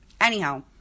Anyhow